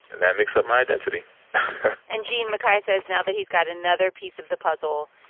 and that makes up my identity and, gene, mikhi says now that he's got another piece of the puzzle,